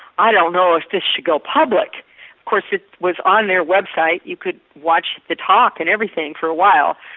i don't know if this should go public'. of course it was on their website you could watch the talk and everything for a while.